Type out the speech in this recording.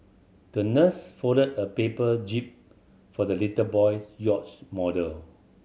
the nurse folded a paper jib for the little boy's yacht model